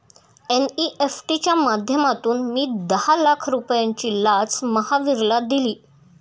NEFT च्या माध्यमातून मी दहा लाख रुपयांची लाच महावीरला दिली